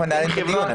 אנחנו מנהלים את הדיון.